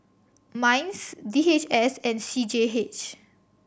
MINDS D H S and C G H